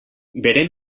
beren